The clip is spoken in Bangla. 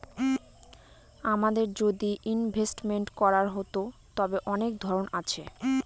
আমাদের যদি ইনভেস্টমেন্ট করার হতো, তবে অনেক ধরন আছে